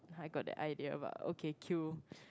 I got that idea but okay queue